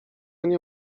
nie